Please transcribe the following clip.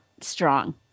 strong